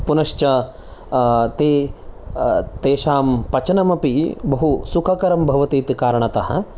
पुनश्च ते तेषां पचनमपि बहु सुखकरं भवति इति कारणतः